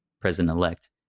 president-elect